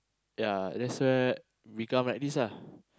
ya that's where become like this